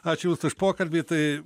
ačiū už pokalbį tai